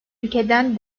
ülkeden